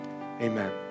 amen